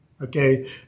Okay